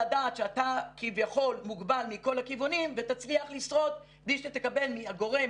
הדעת שאתה כביכול מוגבל מכל הכיוונים ותצליח לשרוד בלי שתקבל מהגורם